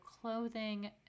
clothing